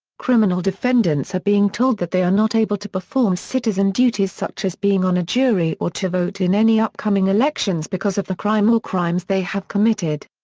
criminal defendants are being told that they are not able to perform citizen duties such as being on a jury or to vote in any upcoming elections because of the crime or crimes they have committed.